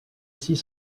six